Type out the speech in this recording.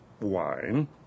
wine